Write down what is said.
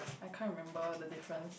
I can't remember the difference